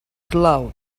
cloud